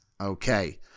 Okay